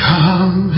Come